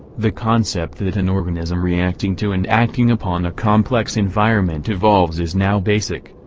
the concept that an organism reacting to and acting upon a complex environment evolves is now basic.